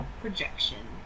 projection